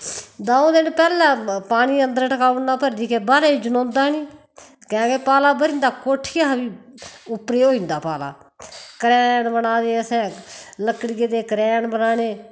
द'ऊं दिन पैह्लै पानी अन्दर टकाउड़ना भरी ऐ बाह्रे जनोंदा नी कैंह् कि पाला ब'री जंदा कोट्ठियै शा बी उप्परेई होई जंदा पाला करैन बना दे असें लकड़ियें दे करैन बनाने